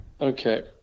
Okay